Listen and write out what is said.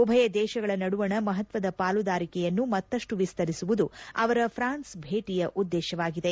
ಉಭಯ ದೇಶಗಳ ನಡುವಣ ಮಹತ್ವದ ಪಾಲುದಾರಿಕೆಯನ್ನು ಮತ್ತಷ್ಟು ವಿಸ್ತರಿಸುವುದು ಅವರ ಪ್ರಾನ್ಸ್ ಭೇಟ ಉದ್ದೇಶವಾಗಿದೆ